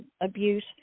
abuse